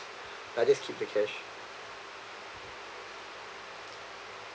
I just keep the cash